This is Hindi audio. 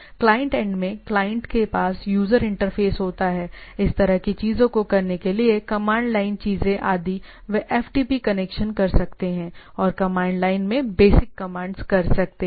क्लाइंट एंड में क्लाइंट के पास यूजर इंटरफेस होता है इस तरह की चीजों को करने के लिए कमांड लाइन चीजें आदि वे एफटीपी कनेक्शन कर सकते हैं और कमांड लाइन में बेसिक कमांड कर सकते हैं